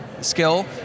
skill